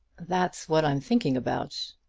that's what i'm thinking about.